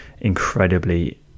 incredibly